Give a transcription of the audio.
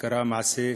קרה מעשה נבזי,